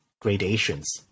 gradations